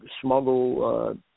smuggle